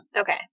Okay